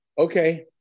Okay